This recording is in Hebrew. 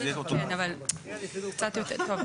שני תנאים מצטברים להפעלת הסמכות,